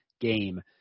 game